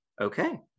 okay